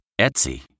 Etsy